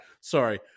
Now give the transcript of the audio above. sorry